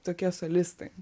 tokie solistai